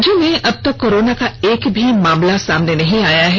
राज्य में अबतक कोरोना का एक भी मामला सामने नहीं आया हैं